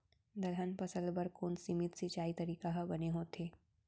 दलहन फसल बर कोन सीमित सिंचाई तरीका ह बने होथे?